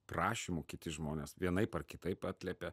prašymu kiti žmonės vienaip ar kitaip atliepia